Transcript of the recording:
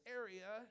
area